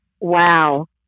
Wow